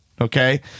okay